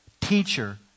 teacher